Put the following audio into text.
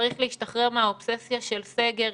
וצריך להשתחרר מהאובססיה של סגר,